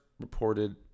reported